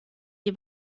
die